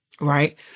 Right